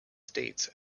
states